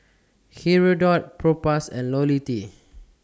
Hirudoid Propass and Ionil T